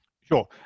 Sure